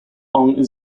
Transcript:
ong